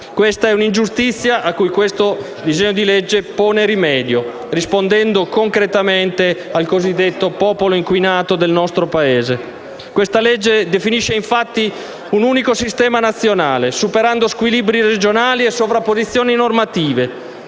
Questa è un'ingiustizia a cui il disegno di legge in esame pone rimedio, rispondendo concretamente al cosiddetto popolo inquinato del nostro Paese. Il disegno di legge in esame definisce infatti un unico sistema nazionale, superando squilibri regionali e sovrapposizioni normative,